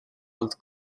alt